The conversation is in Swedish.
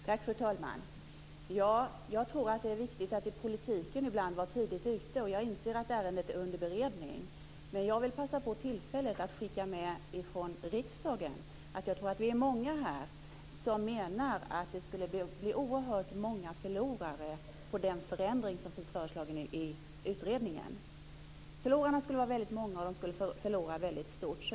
Fru talman! Jag tror att det är viktigt att man ibland är tidigt ute i politiken. Jag inser att ärendet är under beredning. Men jag vill passa på tillfället att skicka med något från riksdagen: Jag tror att vi är många här som menar att oerhört många skulle förlora på den förändring som finns föreslagen i utredningen. Förlorarna skulle vara väldigt många, och de skulle förlora väldigt stort.